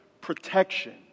protection